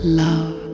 love